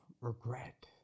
regret